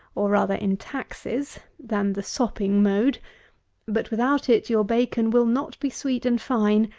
or rather in taxes, than the sopping mode but without it, your bacon will not be sweet and fine,